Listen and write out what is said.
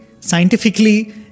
scientifically